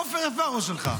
עופר, איפה הראש שלך?